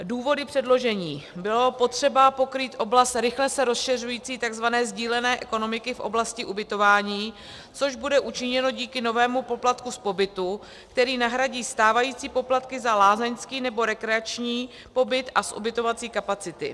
Důvody předložení: Bylo potřeba pokrýt oblast rychle se rozšiřující tzv. sdílené ekonomiky v oblasti ubytování, což bude učiněno díky novému poplatku z pobytu, který nahradí stávající poplatky za lázeňský nebo rekreační pobyt a z ubytovací kapacity.